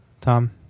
Tom